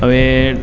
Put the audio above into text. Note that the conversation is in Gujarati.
હવે